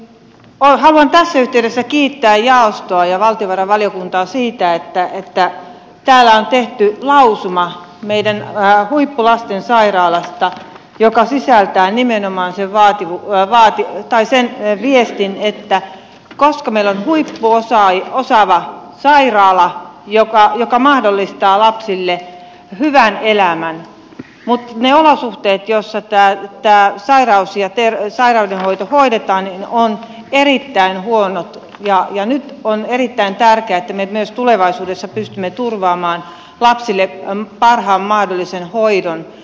haluan tässä yhteydessä kiittää jaostoa ja valtiovarainvaliokuntaa siitä että täällä on tehty lausuma meidän huippulastensairaalasta joka sisältää nimenomaan sen viestin että koska meillä on huippuosaava sairaala joka mahdollistaa lapsille hyvän elämän mutta ne olosuhteet joissa tämä sairaudenhoito hoidetaan ovat erittäin huonot nyt on erittäin tärkeää että me myös tulevaisuudessa pystymme turvaamaan lapsille parhaan mahdollisen hoidon